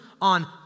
On